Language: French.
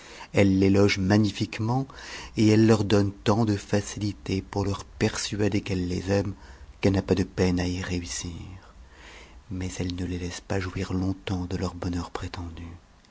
elle les loge magnifiquement et elle leur donne tant de facilités pour leur persuader qu'elle les aime qu'elle n'a pas de peine à y réussir mais elle ne les laisse pas jouir longtemps de leur bonheur prétendu